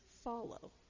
follow